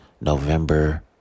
November